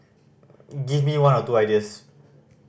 give me one or two ideas